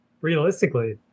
realistically